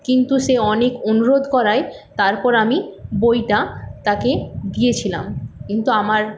কিন্তু সে অনেক অনুরোধ করায় তারপর আমি বইটা তাকে দিয়েছিলাম কিন্তু আমার